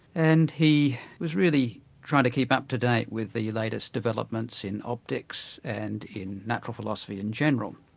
and he was really trying to keep up to date with the latest developments in optics and in natural philosophy in general.